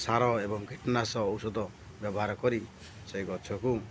ସାର ଏବଂ କୀଟନାଶ ଔଷଧ ବ୍ୟବହାର କରି ସେଇ ଗଛକୁ